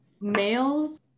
males